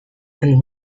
and